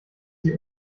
sie